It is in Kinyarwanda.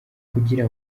kugira